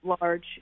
large